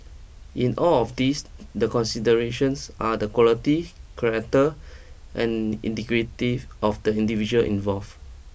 in all of these the considerations are the quality character and integrity of the individuals involve